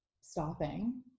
stopping